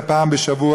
אלא פעם בשבוע,